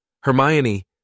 Hermione